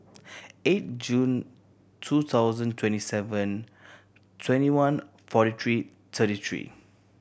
eight June two thousand twenty seven twenty one forty three thirty three